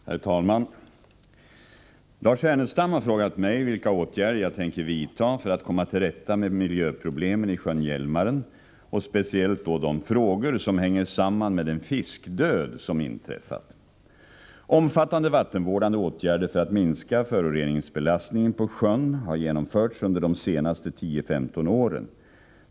Herr talman! Lars Ernestam har frågat mig vilka åtgärder jag tänker vidta för att komma till rätta med miljöproblemen i sjön Hjälmaren och speciellt då de frågor som hänger samman med den fiskdöd som inträffat. Omfattande vattenvårdande åtgärder för att minska föroreningsbelastningen på sjön har genomförts under de senaste 10-15 åren.